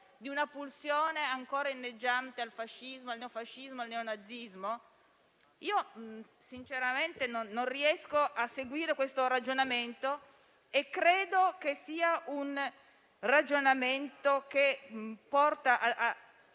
di una pulsione ancora inneggiante al fascismo, al neofascismo e al neonazismo? Sinceramente non riesco a seguire questo ragionamento e credo che porti a